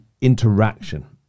interaction